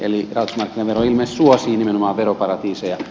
eli rahoitusmarkkinavero ilmeisesti suosii nimenomaan veroparatiiseja